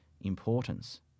importance